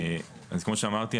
אז כמו שאמרתי,